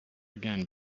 again